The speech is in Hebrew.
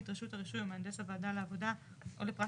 רשות הרישוי או מהנדס הוועדה לעבודה או לפרט